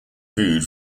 food